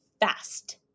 fast